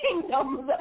kingdoms